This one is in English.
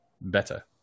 better